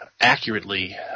accurately